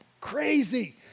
crazy